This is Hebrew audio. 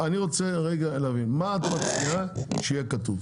אני רוצה רגע להבין, מה את מציעה שיהיה כתוב?